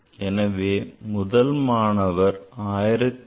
எனவே முதல் மாணவர் 1157